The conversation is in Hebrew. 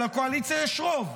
לקואליציה יש רוב,